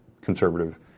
conservative